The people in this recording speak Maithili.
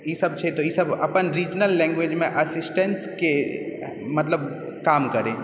ईसब छै तऽ ईसब अपन रीजनल लैंग्वेज मे असिस्टेंस के मतलब काम करै